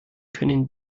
können